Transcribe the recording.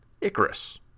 Icarus